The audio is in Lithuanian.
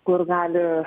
kur gali